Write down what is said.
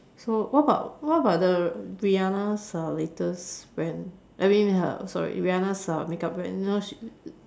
so what about what about the Rihanna's uh latest brand I mean her sorry Rihanna's uh makeup brand you know she